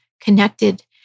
connected